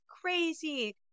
crazy